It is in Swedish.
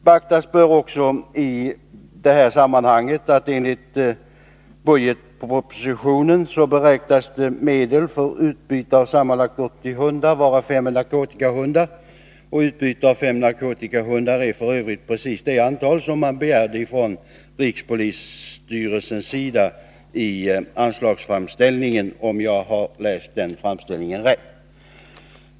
Beaktas bör också i detta sammanhang att enligt budgetpropositionen beräknas medel för utbyte av sammanlagt 80 hundar, varav fem är narkotikahundar. Utbyte av fem narkotikahundar är f. ö. precis det antal som rikspolisstyrelsen begärde i sin anslagsframställning, om jag läst den framställningen rätt.